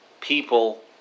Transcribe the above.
people